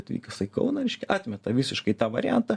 atvykęs į kauną atmeta visiškai tą variantą